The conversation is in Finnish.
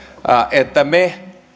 että me